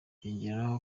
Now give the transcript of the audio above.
yongeraho